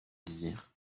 dire